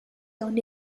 owned